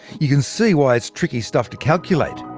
you can see why it's tricky stuff to calculate!